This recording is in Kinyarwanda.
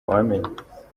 wamenya